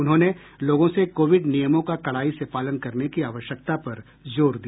उन्होंने लोगों से कोविड नियमों का कड़ाई से पालन करने की आवश्यकता पर जोर दिया